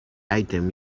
item